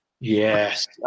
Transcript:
Yes